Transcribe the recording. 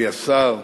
השר,